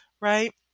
right